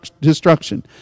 destruction